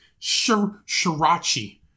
Shirachi